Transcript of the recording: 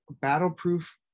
battle-proof